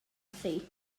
thi